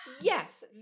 yes